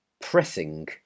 pressing